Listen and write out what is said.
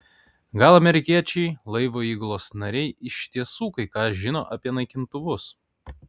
gal amerikiečiai laivo įgulos nariai iš tiesų kai ką žino apie naikintuvus